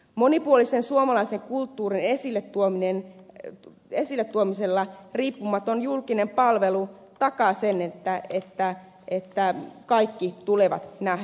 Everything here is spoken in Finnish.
monipuolisen suomalaisen kulttuurin esille tuominen ei tuo esille esilletuomisella riippumaton julkinen palvelu takaa sen että kaikki tulevat nähdyiksi